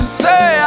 say